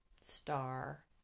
star